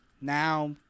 Now